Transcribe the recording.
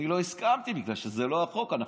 אני לא הסכמתי, בגלל שזה לא החוק.